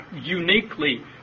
uniquely